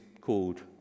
called